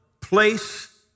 place